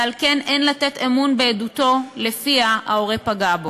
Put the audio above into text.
ועל כן אין לתת אמון בעדותו שלפיה ההורה פגע בו.